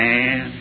Man